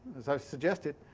as i suggested,